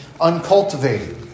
uncultivated